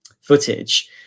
footage